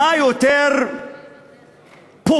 מה יותר פוגע